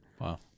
Wow